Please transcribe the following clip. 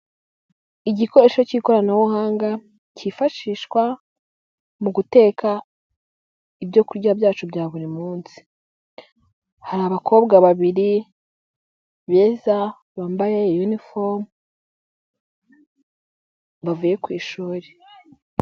Igikoresho cy'ikoranabuhanga, cyifashishwa, mu guteka, ibyo kurya byacu bya buri munsi, hari abakobwa babiri, beza, bambaye yunifomo, bavuye ku ishuri.